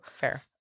Fair